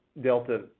Delta